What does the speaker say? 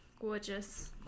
Gorgeous